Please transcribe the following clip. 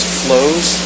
flows